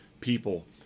people